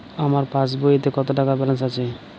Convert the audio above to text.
আমার পাসবইতে কত টাকা ব্যালান্স আছে?